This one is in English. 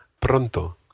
Pronto